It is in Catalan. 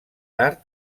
tard